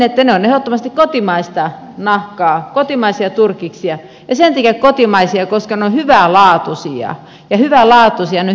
ne ovat ehdottomasti kotimaista nahkaa kotimaisia turkiksia kotimaisia sen takia että ne ovat hyvälaatuisia ja hyvälaatuisia koska ne ovat hyvin hoidettuja